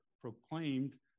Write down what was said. proclaimed